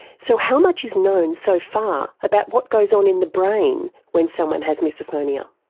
so how much is known so far about what goes on in the brain when someone has misophonia?